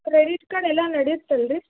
credit card ಎಲ್ಲ ನಡೆಯುತ್ತೆಲ್ಲರಿ